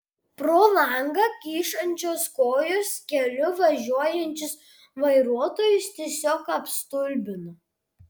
pro langą kyšančios kojos keliu važiuojančius vairuotojus tiesiog apstulbino